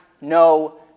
no